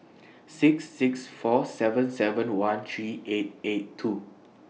six six four seven seven one three eight eight two